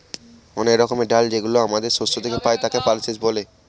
অনেক রকমের ডাল যেগুলো আমাদের শস্য থেকে পাই, তাকে পালসেস বলে